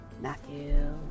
Matthew